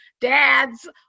dad's